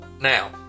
Now